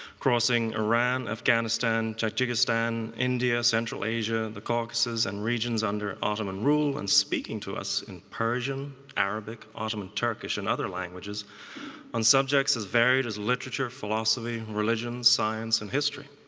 crossing iran, afghanistan, tajikistan, india, central asia, the caucuses and regions under ottoman rule. and speaking to us in persian, arabic, ottoman turkish and other languages on subjects as varied as literature, philosophy, religion, science and history.